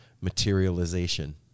materialization